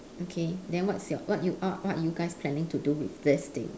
okay then what's your what you are what you guys planning to do with this thing